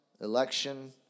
election